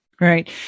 Right